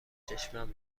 چشمم